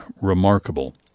remarkable